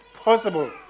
possible